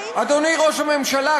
אדוני ראש הממשלה,